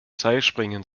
seilspringen